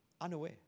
unaware